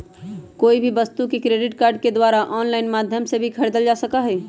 कोई भी वस्तु के क्रेडिट कार्ड के द्वारा आन्लाइन माध्यम से भी खरीदल जा सका हई